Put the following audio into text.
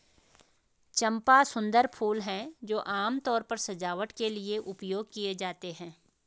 चंपा सुंदर फूल हैं जो आमतौर पर सजावट के लिए उपयोग किए जाते हैं